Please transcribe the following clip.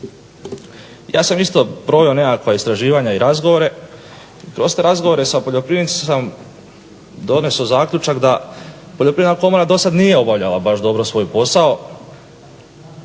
Ja sam isto proveo nekakva istraživanja i razgovore. Kroz te razgovore sa poljoprivrednicima sam doneso zaključak da Poljoprivredna komora do sad nije obavljala baš dobro svoj posao.